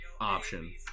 option